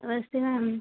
नमस्ते मैम